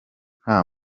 nta